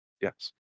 Yes